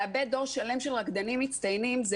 לאבד דור שלם של רקדנים מצטיינים זה